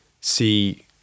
see